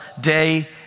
day